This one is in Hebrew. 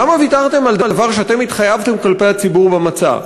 למה ויתרתם על דבר שאתם התחייבתם לו כלפי הציבור במצע?